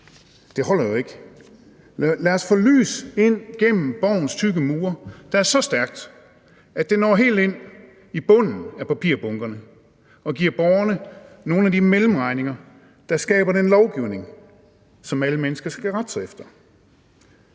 Det holder jo ikke. Lad os få noget lys ind gennem borgens tykke mure, der er så stærkt, at det når helt ind i bunden af papirbunkerne og giver borgerne nogle af de mellemregninger, der skaber den lovgivning, som alle mennesker skal rette sig efter.